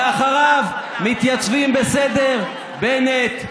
ואחריו מתייצבים בסדר בנט,